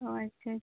ᱦᱳᱭ ᱥᱮ